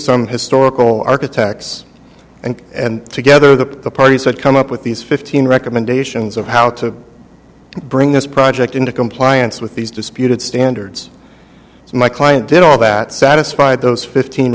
some historical architects and and together that the parties had come up with these fifteen recommendations of how to bring this project into compliance with these disputed standards it's my client did all that satisfy those fifteen